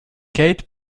gate